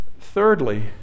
thirdly